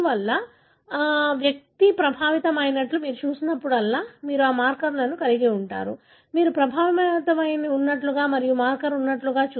అందువల్ల వ్యక్తి ప్రభావితం అయినట్లు మీరు చూసినప్పుడల్లా మీరు ఆ మార్కర్ను కలిగి ఉంటారు మీరు ప్రభావితమై ఉన్నట్లుగా మరియు మార్కర్ ఉన్నట్లుగా